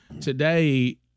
Today